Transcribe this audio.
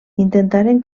intentaren